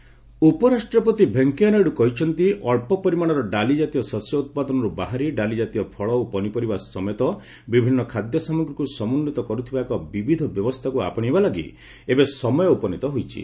Naidu agri ଉପରାଷ୍ଟ୍ରପତି ଭେଙ୍କୟା ନାଇଡୁ କହିଛନ୍ତି ଅଳ୍ପ ପରିମାଣର ଡାଲି କାତୀୟ ଶସ୍ୟ ଉତ୍ପାଦନରୁ ବାହାରି ଡାଲିଜାତୀୟ ଫଳ ଓ ପନିପରିବା ସମେତ ବିଭିନ୍ନ ଖାଦ୍ୟ ସାମଗ୍ରୀକୁ ସମ୍ମନ୍ତିତ କରୁଥିବା ଏକ ବିବିଧ ବ୍ୟବସ୍ଥାକୁ ଆପଶେଇବା ଲାଗି ଏବେ ସମୟ ଉପନୀତ ହୋଇଛି